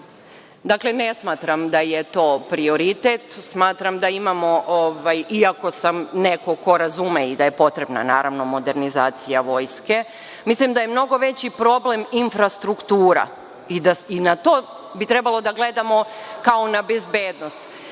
Dakle, ne smatram da je to prioritet, smatram da imamo, iako sam neko ko razume da je potrebna naravno modernizacija vojske… Mislim da je mnogo veći problem infrastruktura i na to bi trebalo da gledamo kao na bezbednost.